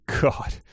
God